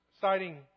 citing